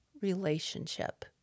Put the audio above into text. relationship